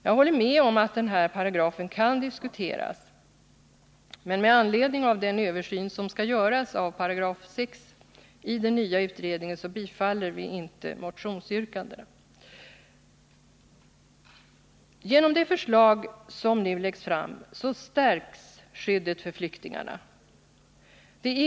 Jag håller med om att denna paragraf kan diskuteras, men med anledning av den översyn som skall göras av 6 § i den nya lagen tillstyrker utskottet inte motionsyrkandena. Genom det förslag som nu läggs fram förstärks skyddet för flyktingar.